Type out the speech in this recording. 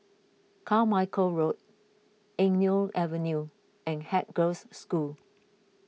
Carmichael Road Eng Neo Avenue and Haig Girls' School